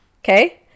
okay